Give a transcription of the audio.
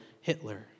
Hitler